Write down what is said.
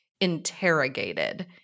interrogated